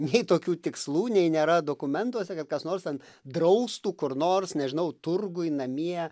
nei tokių tikslų nei nėra dokumentuose kad kas nors ten draustų kur nors nežinau turguj namie